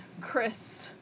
Chris